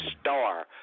star